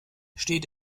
steht